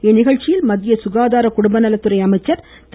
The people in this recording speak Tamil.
இந்நிகழ்ச்சியில் மத்திய சுகாதர குடும்பநலத்துறை அமைச்சர் திரு